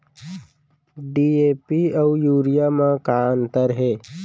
DAP अऊ urea म का अंतर हे?